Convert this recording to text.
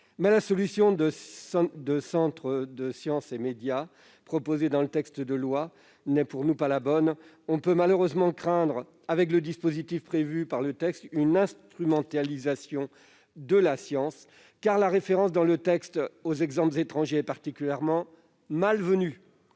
la solution de centres science et médias, proposée dans le texte de loi, n'est pour nous pas la bonne. On peut malheureusement craindre, avec le dispositif prévu par le texte, une instrumentalisation de la science, car la référence dans le texte de loi aux exemples étrangers est particulièrement malvenue,